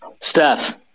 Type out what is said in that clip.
Steph